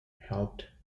helped